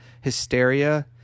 hysteria